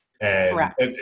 Correct